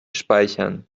speichern